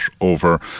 over